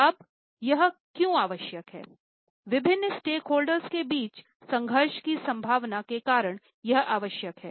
अब यह क्यों आवश्यक है